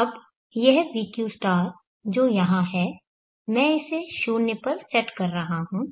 अब यह vq जो यहां है मैं इसे 0 पर सेट कर रहा हूं